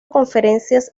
conferencias